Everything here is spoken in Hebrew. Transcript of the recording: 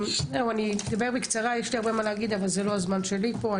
בבקשה חברת הכנסת ענבר בזק.